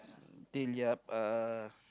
till ya uh